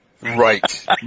Right